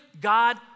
God